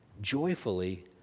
joyfully